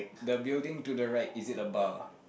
the building to the right is it a bar